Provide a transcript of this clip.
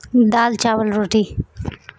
دال چاول روٹی